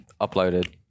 uploaded